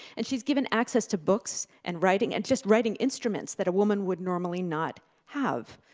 and she's given access to books, and writing, and just writing instruments that a woman would normally not have,